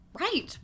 Right